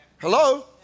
Hello